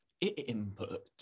input